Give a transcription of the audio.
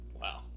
Wow